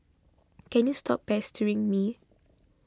can you stop pestering me